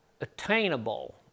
Attainable